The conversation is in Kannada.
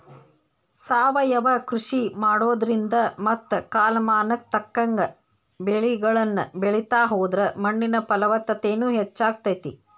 ಸಾವಯವ ಕೃಷಿ ಮಾಡೋದ್ರಿಂದ ಮತ್ತ ಕಾಲಮಾನಕ್ಕ ತಕ್ಕಂಗ ಬೆಳಿಗಳನ್ನ ಬೆಳಿತಾ ಹೋದ್ರ ಮಣ್ಣಿನ ಫಲವತ್ತತೆನು ಹೆಚ್ಚಾಗ್ತೇತಿ